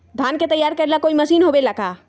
धान के तैयार करेला कोई मशीन होबेला का?